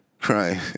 crying